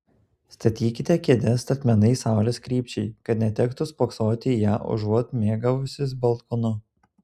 statykite kėdes statmenai saulės krypčiai kad netektų spoksoti į ją užuot mėgavusis balkonu